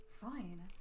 fine